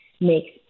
makes